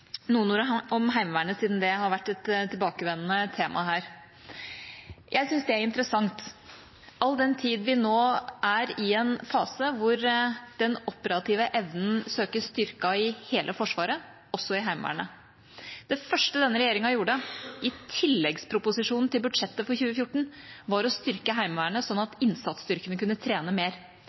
noen ord om Heimevernet, siden det har vært et tilbakevendende tema her. Jeg syns det er interessant, all den tid vi nå er i en fase hvor den operative evnen søkes styrket i hele Forsvaret, også i Heimevernet. Det første denne regjeringa gjorde, i tilleggsproposisjonen til budsjettet for 2014, var å styrke Heimevernet slik at innsatsstyrkene kunne trene mer.